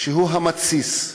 שהוא המתסיס,